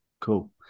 Cool